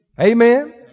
Amen